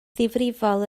ddifrifol